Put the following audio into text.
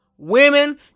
Women